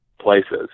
places